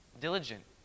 diligent